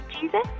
Jesus